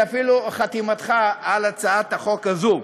ואפילו חתימתך על הצעת החוק הזאת.